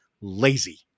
lazy